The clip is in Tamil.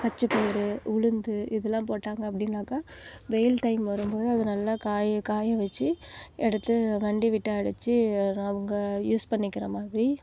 பச்சை பயறு உளுந்து இதெலாம் போட்டாங்க அப்படின்னாக்கா வெயில் டைம் வரும்போது அது நல்லா காய காய வெச்சு எடுத்து வண்டி விட்டு அடிச்சசு ரா அவங்க யூஸ் பண்ணிக்கிற மாதிரி